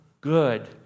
good